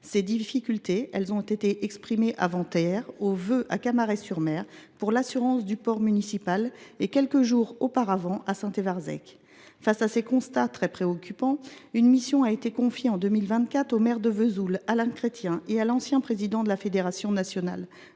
Ces difficultés ont été exprimées, avant hier, lors des vœux de la municipalité de Camaret sur Mer, concernant l’assurance du port municipal, et, quelques jours auparavant, à Saint Évarzec. Face à ces constats très préoccupants, une mission a été confiée en 2024 au maire de Vesoul, Alain Chrétien, et à l’ancien président de la Fédération nationale